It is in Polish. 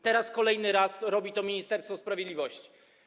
Teraz kolejny raz robi to Ministerstwo Sprawiedliwości.